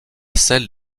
celle